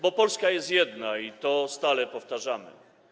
Bo Polska jest jedna i to stale powtarzamy.